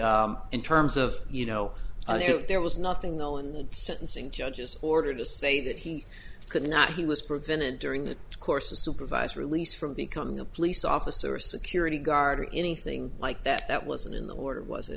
and in terms of you know if there was nothing though in the sentencing judge's order to say that he could not he was prevented during the course of supervised release from becoming a police officer a security guard or anything like that that was in the order was it